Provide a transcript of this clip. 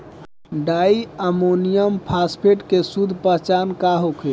डाई ammonium phosphate के शुद्ध पहचान का होखे?